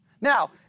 Now